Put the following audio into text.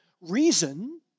reason